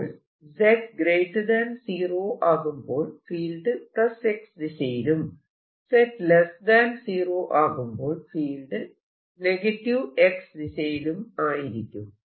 അപ്പോൾ z 0 ആകുമ്പോൾ field X ദിശയിലും z 0 ആകുമ്പോൾ ഫീൽഡ് X ദിശയിലും ആയിരിക്കും